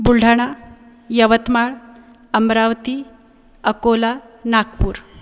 Buldhana Yavatmal Amravati Akola Nagpur